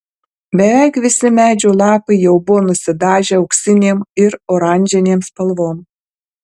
beveik visi medžių lapai jau buvo nusidažę auksinėm ir oranžinėm spalvom